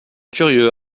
curieux